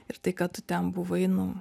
ir tai kad tu ten buvai nu